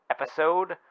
episode